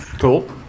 Cool